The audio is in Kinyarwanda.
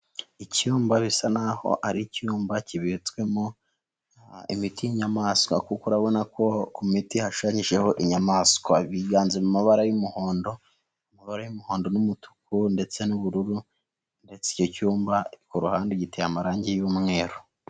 Icyumba bisa n'aho ari icyumba kibitswemo imiti y'inyamaswa kuko urabona ko ku miti hashushanyijeho inyamaswa, biganje mu mabara y'umuhondo, amabara y'umuhondo n'umutuku ndetse n'ubururu ndetse icyo cyumba kuruhande giteye amarangi y'umweru.